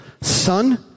Son